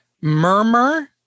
Murmur